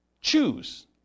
choose